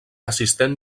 assistent